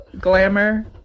Glamour